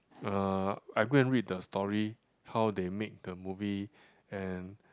uh I go and read the story how they make the movie and